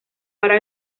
para